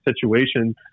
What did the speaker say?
situation